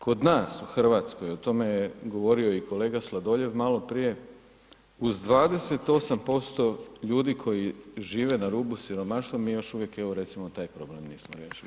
Kod nas u Hrvatskoj o tome je govorio i kolega Sladoljev malo prije, uz 28% ljudi koji žive na rubu siromaštva mi još uvijek evo recimo taj problem nismo riješili.